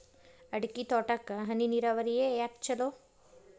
ಅಡಿಕೆ ತೋಟಕ್ಕ ಹನಿ ನೇರಾವರಿಯೇ ಯಾಕ ಛಲೋ?